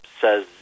says